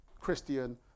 Christian